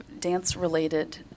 dance-related